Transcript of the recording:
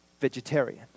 vegetarian